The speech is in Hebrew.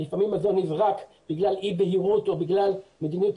לפעמים מזון נזרק בגלל אי בהירות או בגלל מדיניות